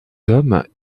hommes